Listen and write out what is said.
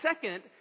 second